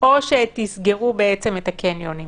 כי בקניונים